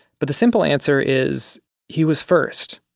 but the simple answer is he was first.